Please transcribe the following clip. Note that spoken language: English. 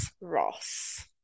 Ross